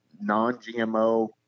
non-GMO